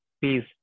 peace